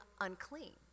unclean